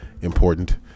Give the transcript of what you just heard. important